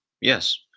yes